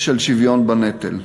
של שוויון בנטל.